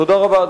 תודה רבה.